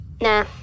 nah